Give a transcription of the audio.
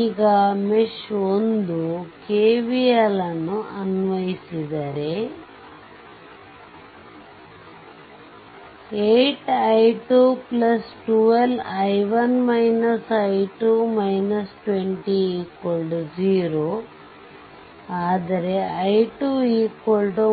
ಈಗ mesh 1 KVL ಅನ್ನು ಅನ್ವಯಿಸಿದರೆ 8i212 200 ಆದರೆ i2 10